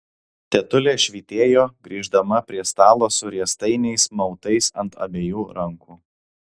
tetulė švytėjo grįždama prie stalo su riestainiais mautais ant abiejų rankų